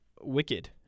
Wicked